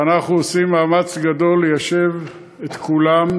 ואנחנו עושים מאמץ גדול ליישב את כולם.